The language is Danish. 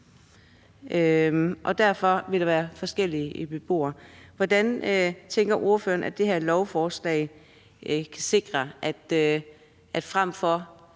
og derfor vil der være forskellige typer af beboere. Hvordan tænker ordføreren, at det her lovforslag kan sikre, at man frem for